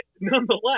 nonetheless